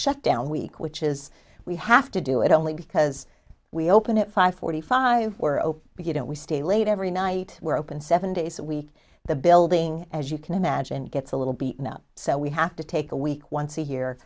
shut down week which is we have to do it only because we open at five forty five were open you know we stay late every night we're open seven days a week the building as you can imagine gets a little beaten up so we have to take a week once a year